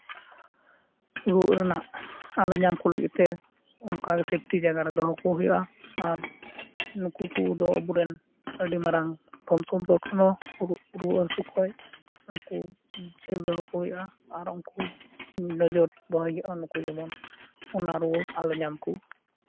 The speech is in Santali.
ᱨᱩᱣᱟᱹᱜ ᱨᱮᱱᱟᱜ ᱟᱞᱚ ᱧᱟᱢ ᱠᱚ ᱞᱟᱹᱜᱤᱫ ᱛᱮ ᱚᱱᱠᱟ ᱜᱮ ᱥᱮᱯᱴᱤ ᱡᱟᱭᱜᱟ ᱨᱮ ᱫᱚᱦᱚ ᱠᱚ ᱦᱩᱭᱩᱜᱼᱟ ᱟᱨ ᱱᱩᱠᱩ ᱠᱚᱫᱚ ᱟᱵᱚ ᱨᱮᱱ ᱟᱹᱰᱤ ᱢᱟᱨᱟᱝ ᱫᱷᱚᱱ ᱥᱚᱢᱯᱚᱫ ᱠᱷᱚᱱ ᱦᱚᱸ ᱨᱩᱣᱟᱹᱜ ᱦᱟᱹᱥᱩᱜ ᱠᱷᱚᱡ ᱩᱱᱠᱩ ᱡᱤᱭᱟᱹᱞᱤ ᱫᱚᱦᱚ ᱠᱚ ᱦᱩᱭᱩᱜᱼᱟ ᱟᱨ ᱩᱱᱠᱩ ᱱᱚᱡᱚᱨ ᱫᱚᱦᱚᱭ ᱦᱩᱭᱩᱜᱼᱟ ᱱᱩᱠᱩ ᱡᱮᱢᱚᱱ ᱚᱱᱟ ᱨᱩᱣᱟᱹ ᱟᱞᱚ ᱧᱟᱢ ᱠᱚ